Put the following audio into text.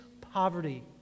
poverty